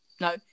no